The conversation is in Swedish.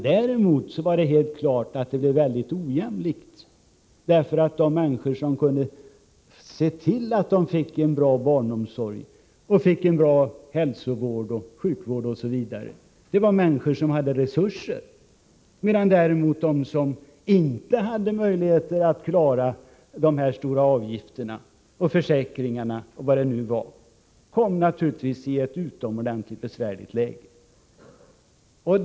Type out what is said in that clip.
Däremot var det helt klart att det blev väldigt ojämlikt. De människor som kunde se till, att de fick bra barnomsorg, hälsovård, sjukvård osv., var de som hade resurser, medan de som inte kunde klara de höga avgifterna och försäkringspremierna och vad det nu var kom i ett utomordentligt besvärligt läge.